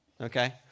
Okay